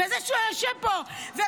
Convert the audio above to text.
וזה שהוא יושב פה ובכסף,